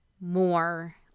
more